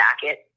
jacket